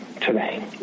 today